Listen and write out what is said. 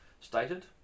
stated